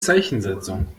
zeichensetzung